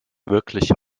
wirklich